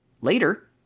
Later